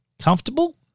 Comfortable